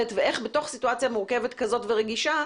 ואיך בתוך סיטואציה מורכבת כזאת ורגישה,